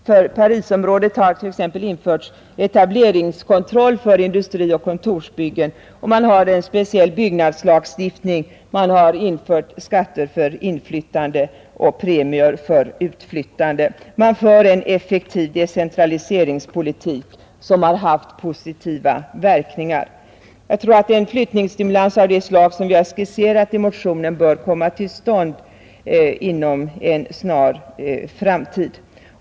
För Parisområdet har t.ex. införts etableringskontroll för industrioch kontorsbyggnader, och man har en speciell byggnadslagstiftning, man har infört skatter för inflyttande och premier för utflyttande. Man för en effektiv decentraliseringspolitik vilken haft positiva verkningar. Jag tror att en flyttningsstimulans av det slag som vi skisserat i motionen bör komma till stånd inom en snar framtid.